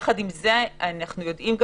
אבל יחד עם זאת אנחנו יודעים,